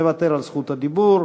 מוותר על זכות הדיבור.